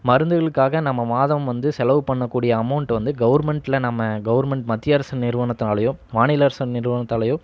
மருந்துகளுக்காக நம்ம மாதம் வந்து செலவு பண்ணக்கூடிய அமௌண்ட் வந்து கவர்மெண்ட்ல நம்ம கவர்மெண்ட் மத்திய அரசு நிறுவனத்தினாலையோ மாநில அரசு நிறுவனத்தாலையோ